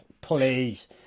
please